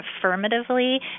affirmatively